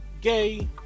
gay